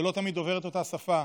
שלא תמיד דובר את אותה שפה,